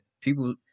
people